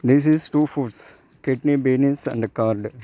this is two foods kidney beans and corn